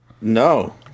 No